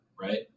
right